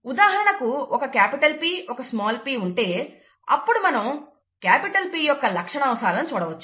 ఉదాహరణకు ఒక capital P ఒక స్మాల్ p ఉంటే అప్పుడు మనం క్యాపిటల్ P యొక్క లక్షణాంశాలను చూడవచ్చు